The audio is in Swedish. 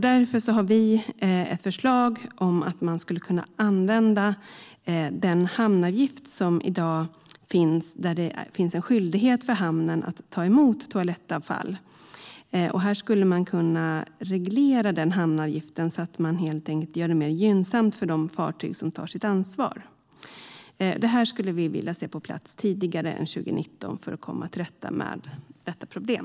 Därför har vi ett förslag om att man skulle kunna reglera den hamnavgift som i dag finns och som medför en skyldighet för hamnen att ta emot toalettavfall så att man helt enkelt gör det mer gynnsamt för de fartyg som tar sitt ansvar. Det här skulle vi vilja se på plats tidigare än 2019 för att komma till rätta med detta problem.